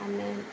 ଆମେ